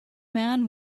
man